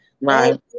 Right